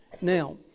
Now